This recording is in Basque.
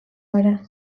gara